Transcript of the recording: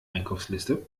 einkaufsliste